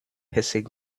hissing